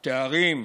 בתארים,